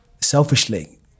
selfishly